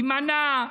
ימנע,